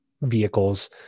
vehicles